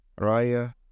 Raya